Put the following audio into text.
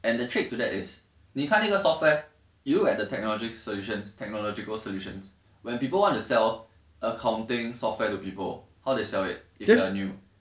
and the trick to that is 你看那个 software you at the technology solutions technological solutions when people want to sell accounting software to people how they sell it if you are new